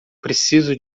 preciso